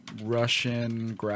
Russian